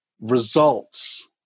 results